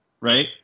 Right